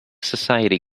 society